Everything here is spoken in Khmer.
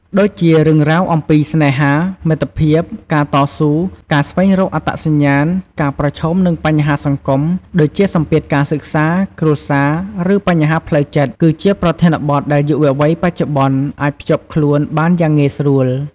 ដូចជា រឿងរ៉ាវអំពីស្នេហា មិត្តភាព ការតស៊ូ ការស្វែងរកអត្តសញ្ញាណ ការប្រឈមនឹងបញ្ហាសង្គម ដូចជាសម្ពាធការសិក្សា គ្រួសារ ឬបញ្ហាផ្លូវចិត្ត គឺជាប្រធានបទដែលយុវវ័យបច្ចុប្បន្នអាចភ្ជាប់ខ្លួនបានយ៉ាងងាយស្រួល។